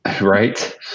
Right